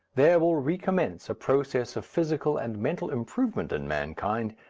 there will recommence a process of physical and mental improvement in mankind,